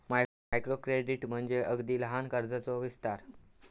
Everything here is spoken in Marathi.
मायक्रो क्रेडिट म्हणजे अगदी लहान कर्जाचो विस्तार